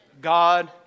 God